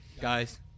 Guys